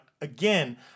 Again